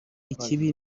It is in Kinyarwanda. ikibi